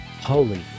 holy